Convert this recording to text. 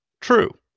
True